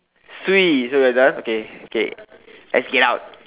swee so we're done okay okay let's get out